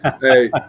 Hey